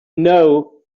know